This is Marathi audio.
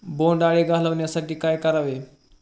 बोंडअळी घालवण्यासाठी काय करावे?